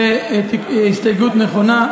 זו הסתייגות נכונה,